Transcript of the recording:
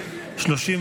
תוספת תקציב לא נתקבלו.